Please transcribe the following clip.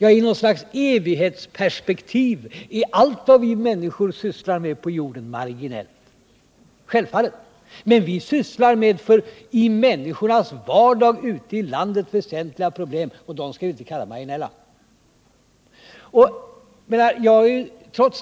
I något slags evighetsperspektiv är allt vad vi människor sysslar med på jorden självfallet marginellt. Men vi sysslar med problem som är väsentliga för människorna i deras vardag. Det skall vi inte kalla marginellt.